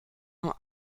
nur